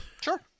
Sure